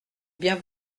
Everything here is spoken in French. bien